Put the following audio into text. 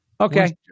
Okay